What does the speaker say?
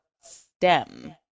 STEM